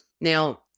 Now